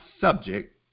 subject